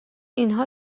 اینها